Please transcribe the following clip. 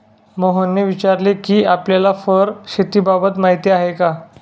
मोहनने विचारले कि आपल्याला फर शेतीबाबत माहीती आहे का?